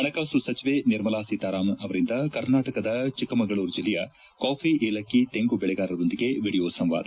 ಪಣಕಾಸು ಸಚಿವೆ ನಿರ್ಮಲಾ ಸೀತಾರಾಮನ್ ಅವರಿಂದ ಕರ್ನಾಟಕದ ಚಿಕ್ಕಮಗಳೂರು ಜಿಲ್ಲೆಯ ಕಾಫಿ ಏಲಕ್ಲಿ ತೆಂಗು ಬೆಳೆಗಾರರೊಂದಿಗೆ ವಿಡಿಯೋ ಸಂವಾದ